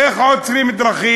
איך מוצאים דרכים?